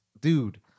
dude